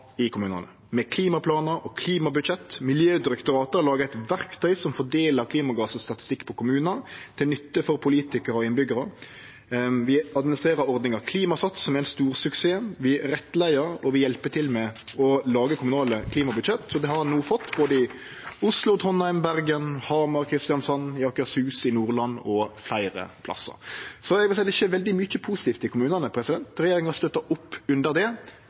i kommunane med klimaplanar og klimabudsjett. Miljødirektoratet har laga eit verktøy som fordeler klimagasstatistikken på kommunar til nytte for politikarar og innbyggjarar. Vi administrerer ordninga Klimasats, som er ein stor suksess. Vi rettleier, og vi hjelper til med å lage kommunale klimabudsjett. Så det har ein no fått, både i Oslo, Trondheim, Bergen, Hamar, Kristiansand, i Akershus, i Nordland og på fleire plassar. Så eg vil seie det skjer veldig mykje positivt i kommunane. Regjeringa støttar opp under det,